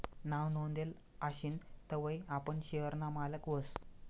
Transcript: नाव नोंदेल आशीन तवय आपण शेयर ना मालक व्हस